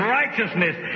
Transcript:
righteousness